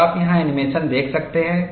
और आप यहाँ एनीमेशन देख सकते हैं